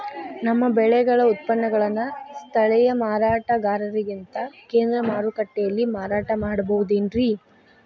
ನಮ್ಮ ಬೆಳೆಗಳ ಉತ್ಪನ್ನಗಳನ್ನ ಸ್ಥಳೇಯ ಮಾರಾಟಗಾರರಿಗಿಂತ ಕೇಂದ್ರ ಮಾರುಕಟ್ಟೆಯಲ್ಲಿ ಮಾರಾಟ ಮಾಡಬಹುದೇನ್ರಿ?